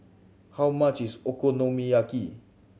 how much is Okonomiyaki